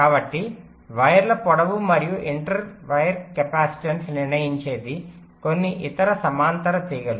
కాబట్టి వైర్ల పొడవు మరియు ఇంటర్ వైర్ కెపాసిటెన్స్ నిర్ణయించేది కొన్ని ఇతర సమాంతర తీగలు